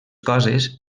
coses